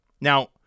Now